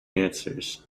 answers